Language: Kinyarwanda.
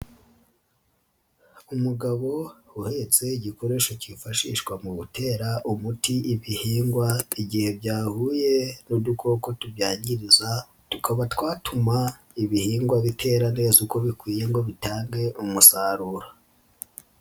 Umugabo uhetse igikoresho kifashishwa mu gutera umuti ibihingwa igihe byahuye n'udukoko tubyangiriza tukaba twatuma ibihingwa bitera neza uko bikwiye ngo bitange umusaruro.